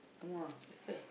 !wah! faster